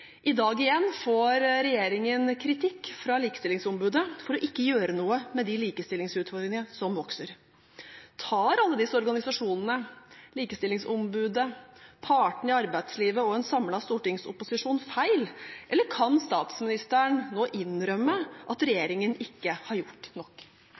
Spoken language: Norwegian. I dag igjen får regjeringen kritikk fra Likestillingsombudet for ikke å gjøre noe med de likestillingsutfordringene som vokser. Tar alle disse organisasjonene – Likestillingsombudet, partene i arbeidslivet og en samlet stortingsopposisjon – feil, eller kan statsministeren nå innrømme at regjeringen ikke har gjort nok?